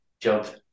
job